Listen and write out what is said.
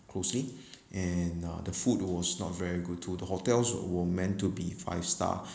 closely and uh the food was not very good too the hotels were meant to be five star